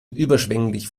überschwänglich